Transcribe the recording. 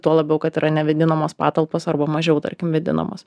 tuo labiau kad yra nevėdinamos patalpos arba mažiau tarkim vėdinamos